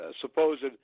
supposed